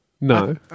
No